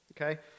okay